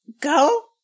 go